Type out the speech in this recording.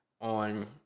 on